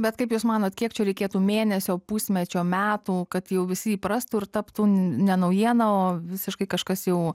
bet kaip jūs manot kiek čia reikėtų mėnesio pusmečio metų kad jau visi įprastų ir taptų ne naujiena o visiškai kažkas jau